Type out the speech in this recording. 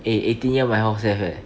eh eighteen year my house have eh